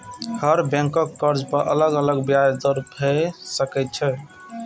हर बैंकक कर्ज पर अलग अलग ब्याज दर भए सकै छै